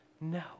No